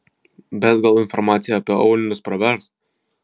bet gal informacija apie aulinius pravers